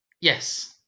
yes